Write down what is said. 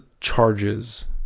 charges